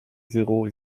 zéro